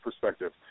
perspective